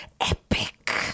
epic